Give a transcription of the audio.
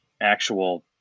actual